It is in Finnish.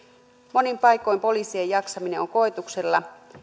monin paikoin poliisien jaksaminen on koetuksella